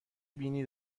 بینی